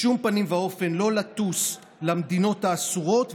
בשום פנים ואופן לא לטוס למדינות האסורות,